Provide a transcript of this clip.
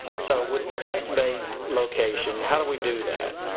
so with device based location, how do we do that?